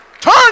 turn